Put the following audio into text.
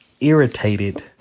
irritated